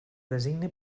designe